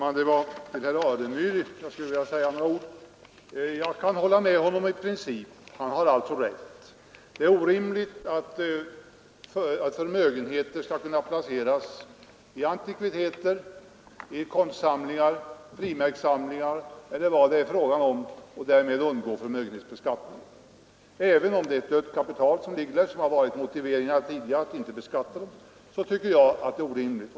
Fru talman! Jag skulle vilja säga några ord till herr Alemyr. Jag kan i princip hålla med honom — han har alltså rätt. Det är orimligt att förmögenheter skall kunna placeras i antikviteter, i konstsamlingar, i frimärkssamlingar eller vad det är fråga om och därmed undgå förmögenhetsbeskattning. Även om det är ett dött kapital — det har tidigare varit motiveringen för att inte beskatta det — tycker jag att det är orimligt.